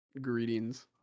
greetings